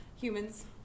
humans